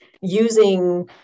using